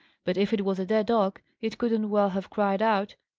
but if it was a dead dog, it couldn't well have cried out.